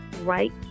right